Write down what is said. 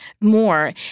more